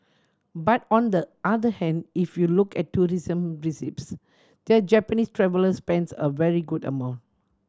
but on the other hand if you look at tourism receipts the Japanese traveller spends a very good amount